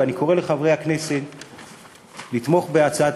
ואני קורא לחברי הכנסת לתמוך בהצעת